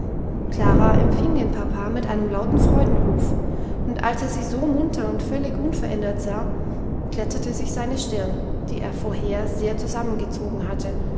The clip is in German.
klara empfing den papa mit einem lauten freudenruf und als er sie so munter und völlig unverändert sah glättete sich seine stirn die er vorher sehr zusammengezogen hatte